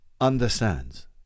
understands